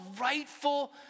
rightful